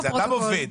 אדם עובד,